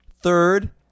Third